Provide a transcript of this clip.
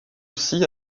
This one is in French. aussi